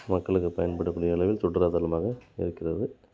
மக்களுக்கு பயன்படக்கூடிய அளவில் சுற்றுலாத்தலமாக இருக்கிறது